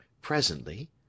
presently